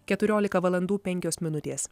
keturiolika valandų penkios minutės